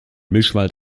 mischwald